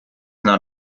not